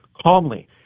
calmly